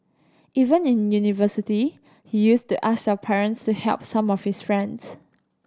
even in university he used to ask our parents to help some of his friends